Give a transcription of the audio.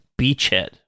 Beachhead